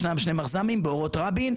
ישנם שני מחז"מים באורות רבין,